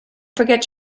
forget